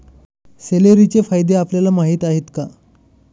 सेलेरीचे फायदे आपल्याला माहीत आहेत का?